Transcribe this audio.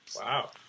Wow